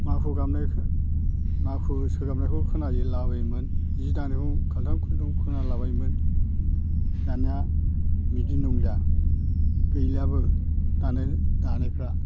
माखु सोगाबनायखौ खोनायो लाबोयोमोन जि दानायखौ खालथां खुलथुं खोनालाबायोमोन दानिया बिदि नंलिया गैलाबो दानायफ्रा